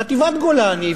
חטיבת גולני,